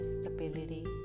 stability